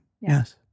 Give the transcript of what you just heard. Yes